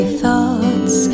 thoughts